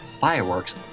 fireworks